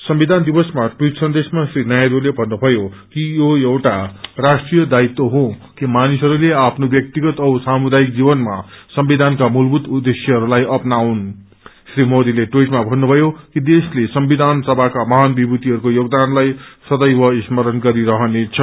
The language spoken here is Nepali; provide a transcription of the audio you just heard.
संविधान दिवसमा टवीट सन्देशमा श्री नायकूले फुमयो कि यो एउटा राष्ट्रिय दायित्व हो कि मानिसहरूले आफ्नो व्याक्तिगत औ सामुदायिक जीवनमा संविधानका मूलभूत उद्देश्यहरूलाई अपनाउन् री मोदीले ठवीटमा भन्नुभयो कि देशले सेविधान सभाका महान विभूतिहरूको योगदानलाई सदैव स्मरण गरिरहने छ